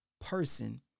person